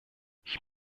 ich